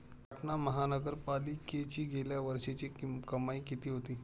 पाटणा महानगरपालिकेची गेल्या वर्षीची कमाई किती होती?